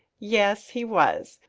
yes, he was,